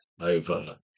over